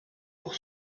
pour